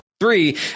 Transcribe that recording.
three